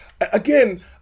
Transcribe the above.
again